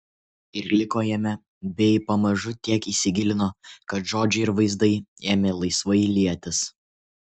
ir liko jame bei pamažu tiek įsigilino kad žodžiai ir vaizdai ėmė laisvai lietis